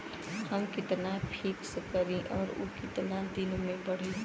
हम कितना फिक्स करी और ऊ कितना दिन में बड़ी?